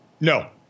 No